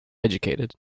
educated